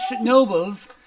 nobles